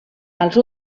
als